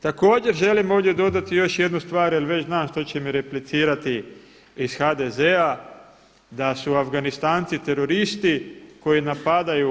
Također želim ovdje dodati još jednu stvar jer već znam što će mi replicirati iz HDZ-a da su Afganistanci teroristi koji napadaju SAD.